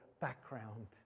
background